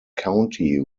county